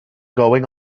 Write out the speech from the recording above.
going